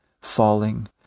falling